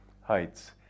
heights